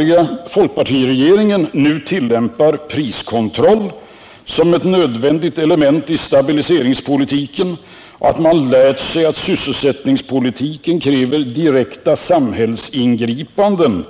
Att folkpartiregeringen nu tillämpar priskontroll som ett nödvändigt element i stabiliseringspolitiken och att man lärt sig att sysselsättningspolitiken kräver direkta samhällsingripanden